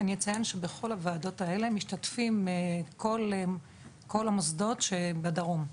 אני אציין שבכל הוועדות האלה משתתפים כל המוסדות של הדרום.